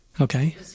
Okay